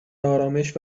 ارامش